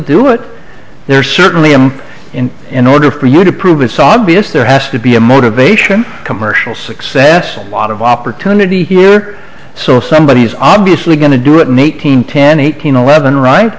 do it they're certainly him and in order for you to prove it's obvious there has to be a motivation a commercial success a lot of opportunity here so somebody is obviously going to do it in eight hundred ten eight hundred eleven right